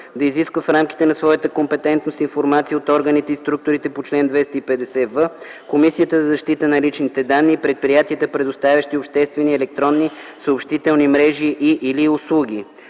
да изисква в рамките на своята компетентност информация от органите и структурите по чл.250в, Комисията за защита на личните данни и предприятията, предоставящи обществени електронни съобщителни мрежи и/или услуги